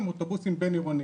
הם בין עירוניים.